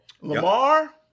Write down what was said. Lamar